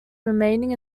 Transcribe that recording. remaining